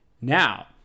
Now